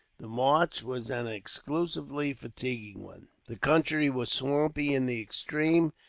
the march was an excessively fatiguing one. the country was swampy in the extreme,